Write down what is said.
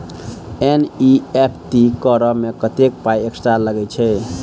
NEFT करऽ मे कत्तेक पाई एक्स्ट्रा लागई छई?